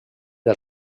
del